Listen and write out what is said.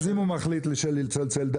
אם הוא מחליט בכל זאת לצלצל,